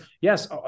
yes